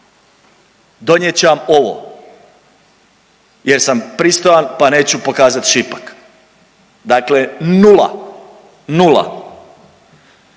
Donijet će vam ovo jer sam pristojan pa neću pokazati šipak. Dakle, nula, nula.